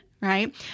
right